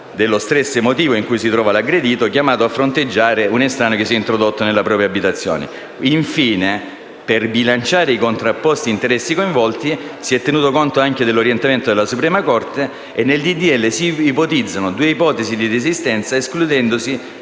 dello stress emotivo in cui si trova l'aggredito chiamato a fronteggiare un estraneo introdottosi nella sua abitazione. Infine, per bilanciare i contrapposti interessi coinvolti, si è tenuto conto anche dell'orientamento della Suprema corte e nel disegno di legge si delineano due ipotesi di desistenza escludendosi